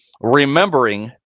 remembering